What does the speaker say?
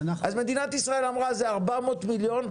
אז מדינת ישראל אמרה שזה 400 מיליון,